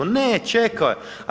Ne, čekao je.